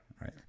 Right